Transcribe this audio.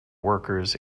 workers